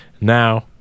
now